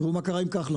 תראו מה קרה עם כחלון,